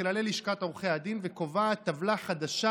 לכללי לשכת עורכי הדין וקובעת טבלה חדשה